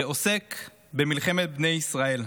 שעוסק במלחמת בני ישראל.